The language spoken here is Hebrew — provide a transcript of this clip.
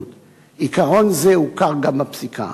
עיקרון זה הוכר גם בפסיקה.